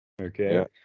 Okay